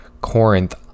Corinth